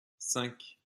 cinq